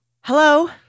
Hello